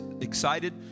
excited